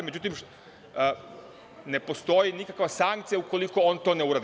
Međutim, ne postoji nikakva sankcija ukoliko on to ne uradi.